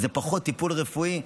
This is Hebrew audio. זה פחות טיפול רפואי.